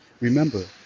Remember